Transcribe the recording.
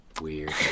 Weird